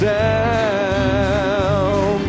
down